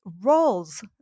roles